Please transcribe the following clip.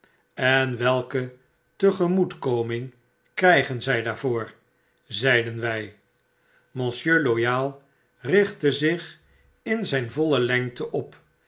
alleen te eten enwelketegemoetkomingkrijgen zy daarvoor v zeiden wij monsieur loyal richtte zich in zyn voile lengte op